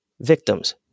victims